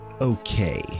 okay